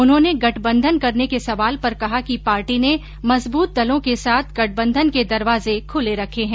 उन्होने गठबंधन करने के सवाल पर कहा कि पार्टी ने मजबूत दलों के साथ गठबंधन के दरवाजे खुले रखे हैं